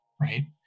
right